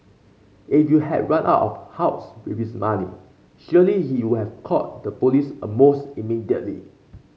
if you had run out of house with his money surely he will have called the police almost immediately